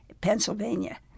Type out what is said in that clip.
Pennsylvania